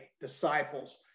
disciples